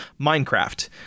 Minecraft